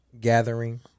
Gathering